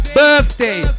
birthday